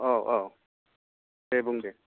औ औ दे बुं दे